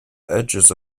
edges